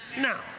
now